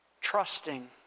trusting